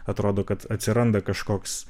atrodo kad atsiranda kažkoks